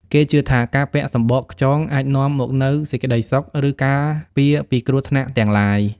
គេជឿថាការពាក់សំបកខ្យងអាចនាំមកនូវសេចក្តីសុខ ឬការពារពីគ្រោះថ្នាក់ទាំងឡាយ។